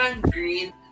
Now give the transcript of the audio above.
green